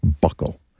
buckle